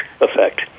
effect